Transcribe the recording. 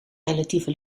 relatieve